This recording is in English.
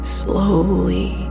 slowly